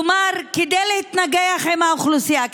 כלומר התוכנית נעשתה כדי להתנגח באוכלוסייה,